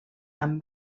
amb